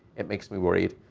it makes me worried.